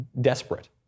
desperate